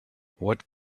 what